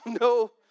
no